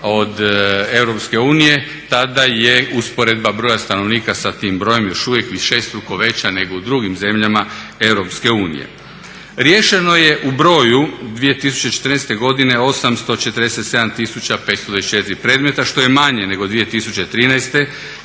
unije tada je usporedba broja stanovnika sa tim brojem još uvijek višestruko veća nego u drugim zemljama Europske unije. Riješeno je u broju 2014. godine 847 tisuća 524 predmeta što je manje nego 2013. kada